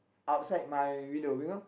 outside my window you know